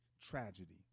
tragedy